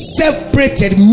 separated